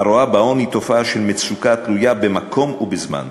רואה בעוני תופעה של מצוקה תלויה במקום ובזמן.